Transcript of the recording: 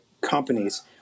companies